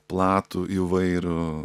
platų įvairų